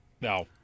no